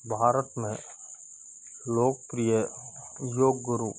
भारत में लोकप्रिय योग गुरु